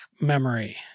memory